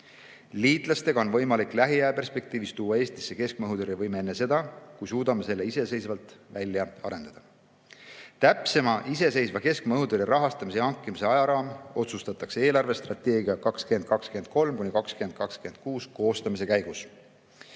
Liitlastega on võimalik lähiaja perspektiivis tuua Eestisse keskmaa õhutõrje võime enne seda, kui suudame selle iseseisvalt välja arendada. Täpsem iseseisva keskmaa õhutõrje rahastamise ja hankimise ajaraam otsustatakse eelarvestrateegia 2023–2026 koostamise käigus.